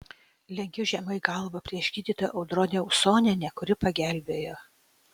lenkiu žemai galvą prieš gydytoją audronę usonienę kuri pagelbėjo